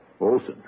Olson